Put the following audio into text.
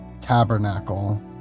Tabernacle